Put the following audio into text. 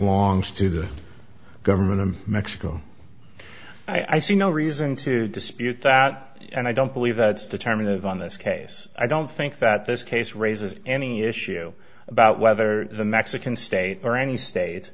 belongs to the government of mexico i see no reason to dispute that and i don't believe that's the timing of on this case i don't think that this case raises any issue about whether the mexican state or any state